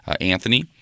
Anthony